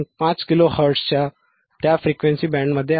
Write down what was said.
5 kilo हर्ट्झच्या त्या frequency बँडमध्ये आहे